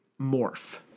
morph